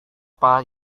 pak